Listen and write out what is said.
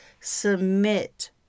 submit